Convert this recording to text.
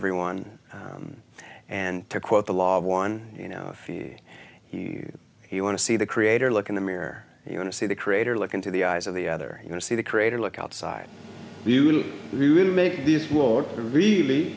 everyone and to quote the law of one you know he he want to see the creator look in the mirror you want to see the creator look into the eyes of the other you know see the creator look outside